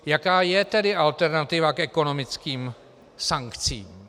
Jaká je tedy alternativa k ekonomickým sankcím?